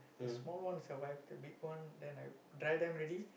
the small ones are white the big one then I dry them already